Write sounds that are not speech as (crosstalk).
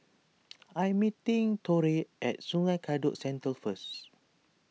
(noise) I am meeting Torey at Sungei Kadut Central first